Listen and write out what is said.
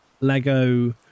Lego